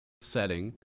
setting